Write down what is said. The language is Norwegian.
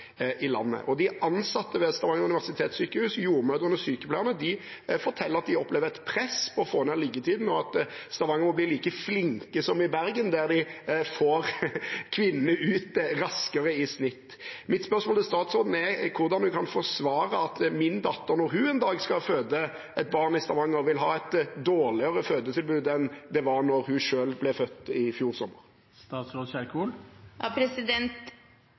i landet. De ansatte ved Stavanger universitetssykehus, jordmødrene og sykepleierne, forteller at de opplever et press for å få ned liggetiden og at Stavanger må bli like flinke som i Bergen, der de i snitt får kvinnene raskere ut. Mitt spørsmål til statsråden er hvordan hun kan forsvare at min datter, når hun en dag skal føde et barn i Stavanger, vil ha et dårligere fødetilbud enn det var da hun selv ble født i fjor sommer.